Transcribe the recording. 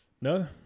No